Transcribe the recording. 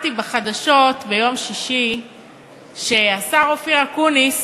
ביום שישי אני שמעתי בחדשות שהשר אופיר אקוניס